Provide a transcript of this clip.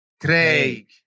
Craig